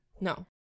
No